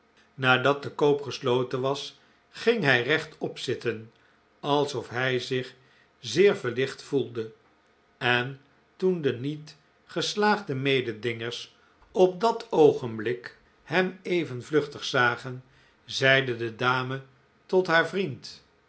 nadat de koop gesloten was ging hij rechtop zitten alsof hij zich zeer verlicht voelde en toen de niet geslaagde mededingers op dat oogenblik hem even vluchtig zagen zeide de dame tot haar vriend